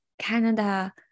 Canada